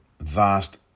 vast